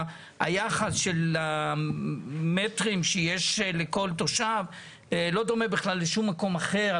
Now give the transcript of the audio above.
היחס של המטרים שיש לכל תושב לא דומה בכלל לשום מקום אחר,